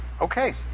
Okay